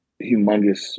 humongous